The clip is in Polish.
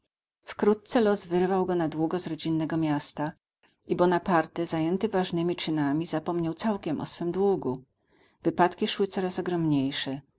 wkrótce los wyrwał go na długo z rodzinnego miasta i bonaparte zajęty ważnymi czynami zapomniał całkiem o swym długu wypadki szły coraz